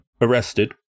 arrested